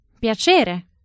Piacere